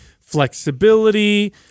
flexibility